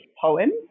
poem